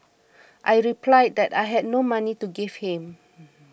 I replied that I had no money to give him